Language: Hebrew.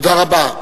תודה רבה.